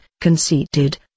conceited